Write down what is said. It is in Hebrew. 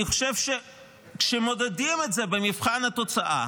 אני חושב שכשמודדים את זה במבחן התוצאה,